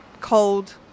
cold